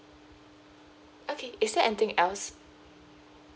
okay is there anything else